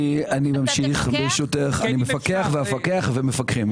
אני מפקח ואפקח ומפקחים.